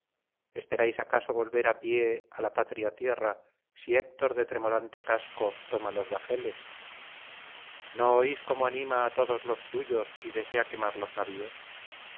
esperáis acaso volver á pie á la patria tierra si héctor de tremolante casco toma los bajeles no oís cómo anima á todos los suyos y desea quemar los navios